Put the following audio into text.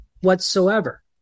whatsoever